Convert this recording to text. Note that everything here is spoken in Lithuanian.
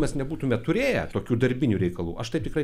mes nebūtume turėję tokių darbinių reikalų aš taip tikrai